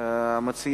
מס'